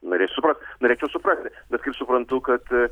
norėčiau suprast norėčiau suprasti bet kaip suprantu kad